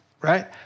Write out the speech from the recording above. right